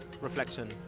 reflection